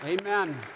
Amen